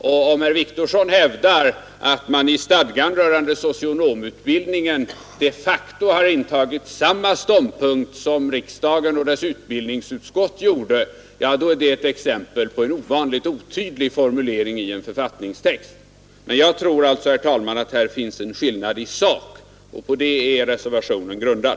Om herr Wictorsson hävdar att man i stadgan för socionomutbildningen de facto intagit samma ståndpunkt som riksdagen och utbildningsutskottet gjorde, då är det exempel på en ovanligt otydlig formulering i en författningstext. Men jag tror, herr talman, att här finns en skillnad i sak, och på det är reservationen grundad.